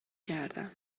کردم